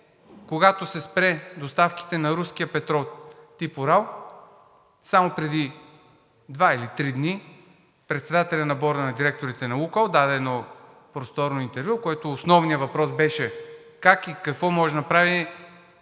Когато се спрат доставките на руския петрол тип „Урал“ – само преди два или три дни председателят на борда на директорите на „Лукойл“ даде едно просторно интервю, в което основният въпрос беше как и какво може да направи